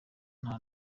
nta